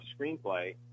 screenplay